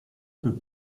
peu